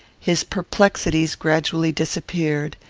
his perplexities gradually disappeared,